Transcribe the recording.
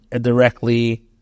directly